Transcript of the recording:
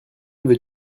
veux